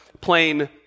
plain